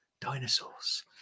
Dinosaurs